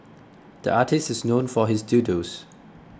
the artist is known for his doodles